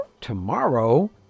Tomorrow